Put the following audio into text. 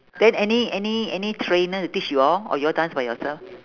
then any any any trainer to teach you all or you all dance by yourself